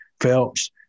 Phelps